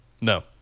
No